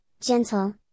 gentle